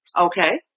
Okay